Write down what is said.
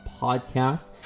Podcast